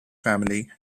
family